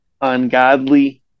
ungodly